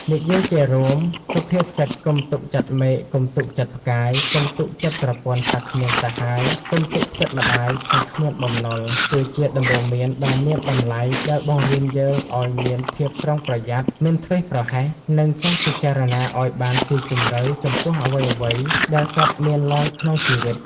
និយាយជារួម សុភាសិត "កុំទុកចិត្តមេឃកុំទុកចិត្តផ្កាយ កុំទុកចិត្តប្រពន្ធថាគ្មានសាហាយ កុំទុកចិត្តម្ដាយថាគ្មានបំណុល" គឺជាដំបូន្មានដ៏មានតម្លៃដែលបង្រៀនយើងឱ្យមានភាពប្រុងប្រយ័ត្ន មិនធ្វេសប្រហែស និងចេះពិចារណាឱ្យបានស៊ីជម្រៅចំពោះអ្វីៗដែលកើតមានឡើងក្នុងជីវិត។